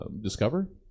discover